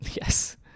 yes